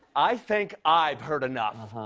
i think i've heard enough.